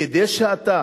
כדי שאתה,